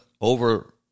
over